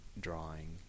drawing